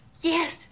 Yes